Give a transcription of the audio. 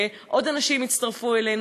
ועוד אנשים הצטרפו אלינו,